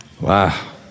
Wow